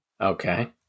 Okay